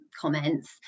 comments